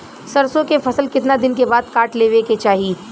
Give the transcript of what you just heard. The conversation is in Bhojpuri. सरसो के फसल कितना दिन के बाद काट लेवे के चाही?